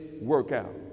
workout